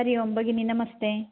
हरि ओम् भगिनि नमस्ते